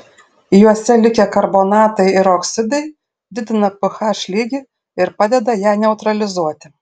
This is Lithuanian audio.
juose likę karbonatai ir oksidai didina ph lygį ir padeda ją neutralizuoti